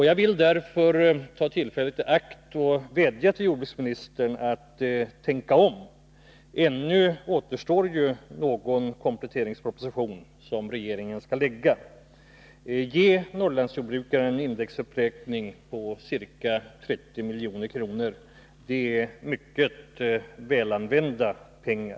Jag vill därför ta tillfället i akt att vädja till jordbruksministern att tänka om — ännu återstår ju någon kompletteringsproposition som regeringen skall lägga fram. Ge Norrlandsjordbrukarna en indexuppräkning på ca 30 milj.kr., det är mycket väl använda pengar!